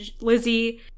Lizzie